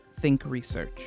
thinkresearch